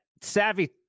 savvy